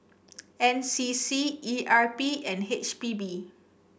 N C C E R P and H P B